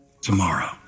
tomorrow